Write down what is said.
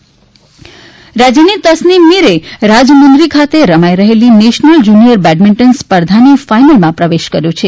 તસનીમ મીર રાજ્યની તસનીમ મીરે રાજમુંદરી ખાતે રમાઈ રહેલી નેશનલ જુનીયર બેડમિન્ટન સ્પર્ધાની ફાઈનલમાં પ્રવેશ કર્યો છે